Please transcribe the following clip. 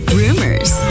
rumors